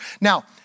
Now